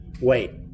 Wait